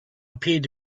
appeared